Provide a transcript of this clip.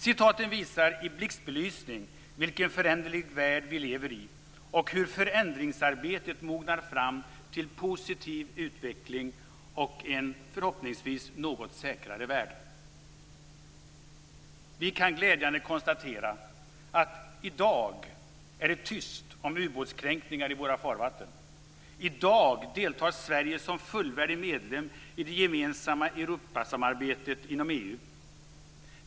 Citaten visar i blixtbelysning vilken föränderlig värld vi lever i och hur förändringsarbetet mognar fram till positiv utveckling och en, förhoppningsvis, något säkrare värld. Vi kan glädjande konstatera följande: I dag är det tyst om ubåtskränkningar i våra farvatten. I dag deltar Sverige som fullvärdig medlem i det gemensamma Europasamarbetet inom EU.